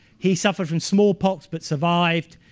he suffered from smallpox but survived.